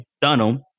Dunham